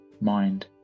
mind